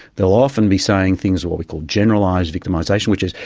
they will often be saying things, what we call generalised victimisation, which is,